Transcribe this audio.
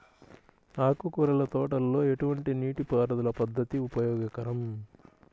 ఆకుకూరల తోటలలో ఎటువంటి నీటిపారుదల పద్దతి ఉపయోగకరం?